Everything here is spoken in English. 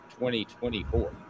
2024